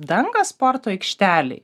dangą sporto aikštelei